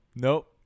nope